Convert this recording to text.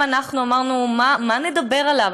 גם אנחנו אמרנו: מה נדבר עליו?